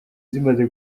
zimaze